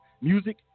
music